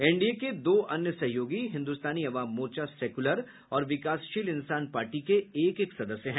NDA के दो अन्य सहयोगी हिंदुस्तानी अवाम मोर्चा सेक्युलर और विकासशील इन्सान पार्टी के एक एक सदस्य हैं